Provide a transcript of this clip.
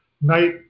night